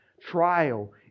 Trial